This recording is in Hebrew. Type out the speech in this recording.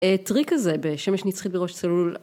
הטריק הזה ב"שמש נצחית בראש צלול"